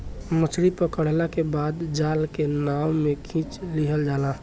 मछली पकड़ला के बाद जाल के नाव में खिंच लिहल जाला